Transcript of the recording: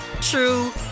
true